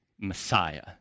Messiah